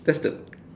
that's the